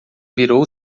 virou